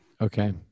okay